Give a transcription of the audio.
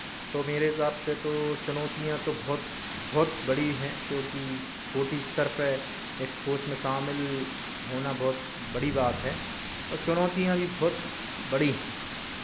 तो मेरे हिसाब से तो चुनौतियाँ तो बहुत बहुत बड़ी हैं क्योंकि छोटी स्तर पे स्पोर्ट्स में शामिल होना बहुत बड़ी बात है और चुनौतियाँ भी बहुत बड़ी हैं